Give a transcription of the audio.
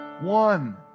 one